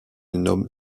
nomme